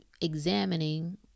examining